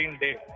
day